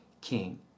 king